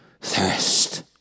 thirst